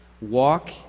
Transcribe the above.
Walk